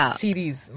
series